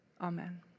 Amen